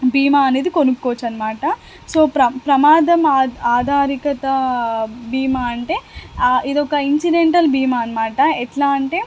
భీమా అనేది కొనుక్కోవచ్చు అన్నమాట సో ప్ర ప్రమాదం ఆ ఆధారికత భీమా అంటే ఇదొక ఇన్సిడెంటల్ భీమా అన్నమాట ఎలా అంటే